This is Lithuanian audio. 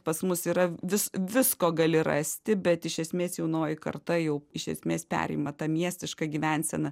pas mus yra vis visko gali rasti bet iš esmės jaunoji karta jau iš esmės perima tą miestišką gyvenseną